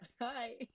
Hi